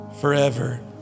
forever